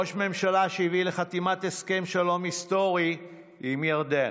ראש ממשלה שהביא לחתימת הסכם שלום היסטורי עם ירדן,